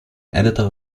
editor